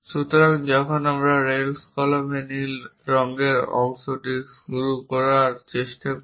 সুতরাং যখন আমরা এই রেনল্ডস কলমের নীল রঙের অংশটি স্ক্রু করার চেষ্টা করি